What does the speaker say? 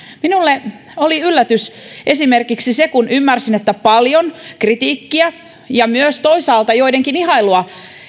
minulle oli yllätys esimerkiksi se kun ymmärsin että paljon kritiikkiä ja toisaalta myös joidenkin ihailua